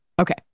okay